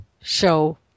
show